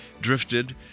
drifted